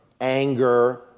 anger